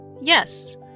yes